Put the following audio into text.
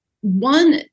one